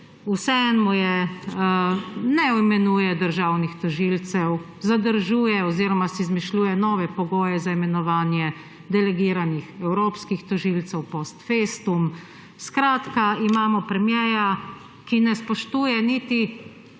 vseeno mu je, ne imenuje državni tožilcev, zadržuje oziroma si izmišljuje nove pogoje za imenovanje delegiranih evropskih tožilcev post festum, skratka, imamo premierja, ki ne spoštuje niti